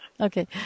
Okay